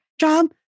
job